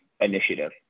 initiative